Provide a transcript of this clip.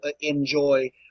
enjoy